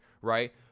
right